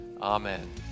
Amen